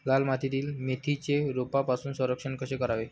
लाल मातीतील मेथीचे रोगापासून संरक्षण कसे करावे?